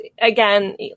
again